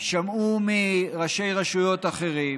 שמעו מראשי רשויות אחרים